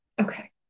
Okay